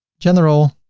general,